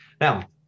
now